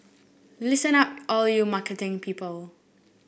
listen up all you marketing people